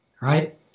right